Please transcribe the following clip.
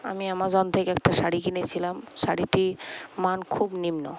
আমি অ্যামাজন থেকে একটা শাড়ি কিনেছিলাম শাড়িটির মান খুব নিম্ন